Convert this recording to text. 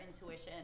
intuition